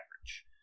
average